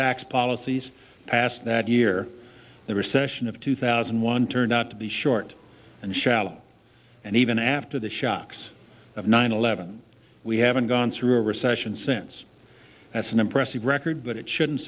tax policies passed that year the recession of two thousand and one turned out to be short and shallow and even after the shocks of nine eleven we haven't gone through a recession since that's an impressive record but it shouldn't